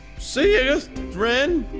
see ya ren.